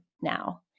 now